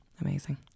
amazing